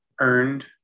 earned